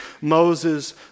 Moses